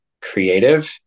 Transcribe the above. creative